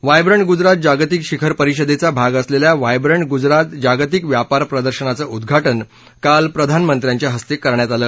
vibrant Gujarat जागतिक शिखर परिषदेचा भाग असलेल्या व्हायब्रंट गुजरात जागतिक व्यापार प्रदर्शनाचं उद्घाटन काल प्रधानमंत्र्यांच्या हस्ते करण्यात आलं